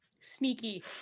Sneaky